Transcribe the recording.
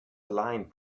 aligned